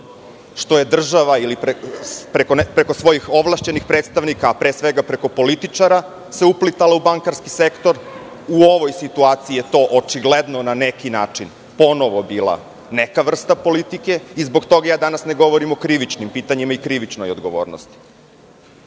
što je država preko svojih ovlašćenih predstavnika, a pre svega preko političara se uplitala u bankarski sektor. U ovoj situaciji je to na neki način ponovo bila neka vrsta politike i zbog toga danas ne govorim o krivičnim pitanjima i o krivičnoj odgovornosti. Govorim